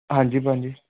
ਹਾਂਜੀ ਭਾਅ ਜੀ